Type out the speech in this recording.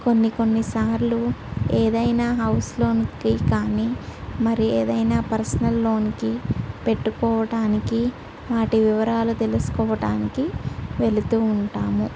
కొన్ని కొన్ని సార్లు ఏదైనా హౌస్ లోన్కి కానీ మరి ఏదైనా పర్సనల్ లోన్కి పెట్టుకోవడానికి వాటి వివరాలు తెలుసుకోవడానికి వెళుతూ ఉంటాము